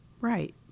Right